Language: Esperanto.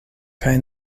kaj